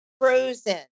frozen